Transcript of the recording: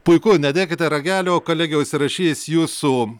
puiku nedėkite ragelio kolegė užsirašys jūsų